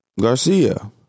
Garcia